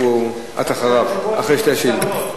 את אחריו, אחרי שתי השאילתות.